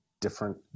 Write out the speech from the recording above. different